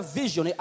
vision